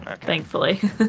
Thankfully